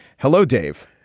hello, dave.